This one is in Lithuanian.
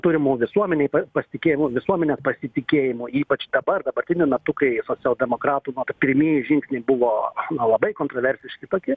turimu visuomenėj pasitikėjimu visuomenės pasitikėjimu ypač dabar dabartiniu metu kai socialdemokratų pirmieji žingsniai buvo na labai kontroversiški tokie